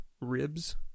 ribs